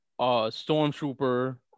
stormtrooper